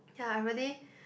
ya I really